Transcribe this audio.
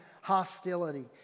hostility